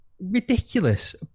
ridiculous